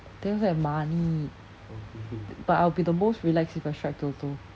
then also have money but I will be the most relaxed if I strike toto